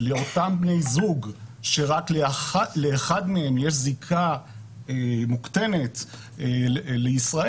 לאותם בני זוג שרק לאחד מהם יש זיקה מוקטנת לישראל,